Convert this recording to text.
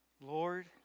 Lord